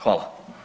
Hvala.